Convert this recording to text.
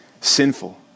sinful